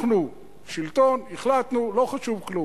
אנחנו שלטון, החלטנו, לא חשוב כלום.